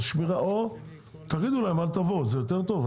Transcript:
או תגידו להם אל תבואו, זה יותר טוב?